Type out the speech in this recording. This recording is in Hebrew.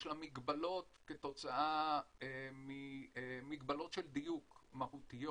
יש לה מגבלות כתוצאה ממגבלות של דיוק מהותיות.